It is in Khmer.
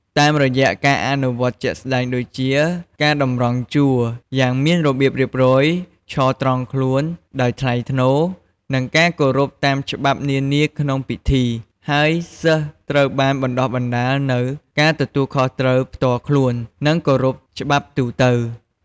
តាមរយៈការអនុវត្តជាក់ស្តែងដូចជា ការតម្រង់ជួរ យ៉ាងមានរបៀបរៀបរយ ឈរត្រង់ខ្លួន ដោយថ្លៃថ្នូរ និងការគោរពតាមច្បាប់នានាក្នុងពិធី ហើយសិស្សត្រូវបានបណ្ដុះបណ្ដាលនូវ ការទទួលខុសត្រូវ ផ្ទាល់ខ្លួន និងការគោរពច្បាប់ទូទៅ។